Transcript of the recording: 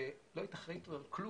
כשלא היית אחראית על כלום.